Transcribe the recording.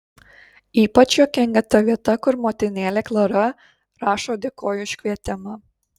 ypač juokinga ta vieta kur motinėlė klara rašo dėkoju už kvietimą